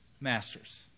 masters